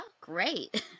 great